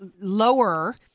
lower